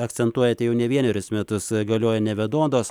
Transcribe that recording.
akcentuojate jau ne vienerius metus galioja nevienodos